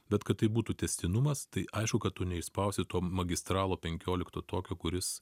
bet kad tai būtų tęstinumas tai aišku kad tu neišspausi to magistralo penkiolikto tokio kuris